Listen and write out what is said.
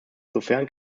sofern